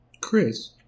Chris